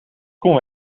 kon